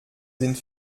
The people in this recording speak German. sind